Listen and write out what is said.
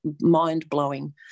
mind-blowing